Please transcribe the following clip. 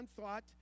thought